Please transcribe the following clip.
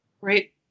Great